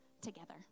together